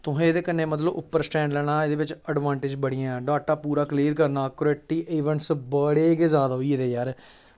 तुसें एह्दे कन्नै मतलब उप्पर स्टैंड लैना एह्दे बिच एडवांटेज बड़ियां ऐ डाटा पूरा क्लियर करना क्रिएटिव इवेंट्स बड़े गै जादा होई गेदे यार